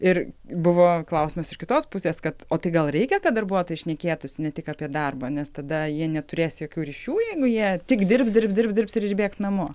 ir buvo klausimas iš kitos pusės kad o tai gal reikia kad darbuotojai šnekėtųsi ne tik apie darbą nes tada jie neturės jokių ryšių jeigu jie tik dirbs dirbs dirbs dirbs ir išbėgs namo